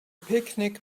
picnic